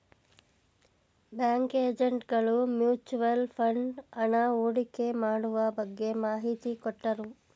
bank agent ಗಳು mutual fund ಹಣ ಹೂಡಿಕೆ ಮಾಡುವ ಬಗ್ಗೆ ಮಾಹಿತಿ ಕೊಟ್ಟರು